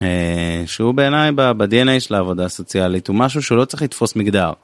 א... שהוא בעיניי ב בדי אן אי של העבודה הסוציאלית הוא משהו שהוא לא צריך לתפוס מגדר